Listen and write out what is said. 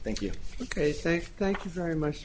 thank you ok thank you thank you very much